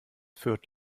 fürth